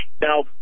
Now